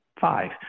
five